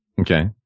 Okay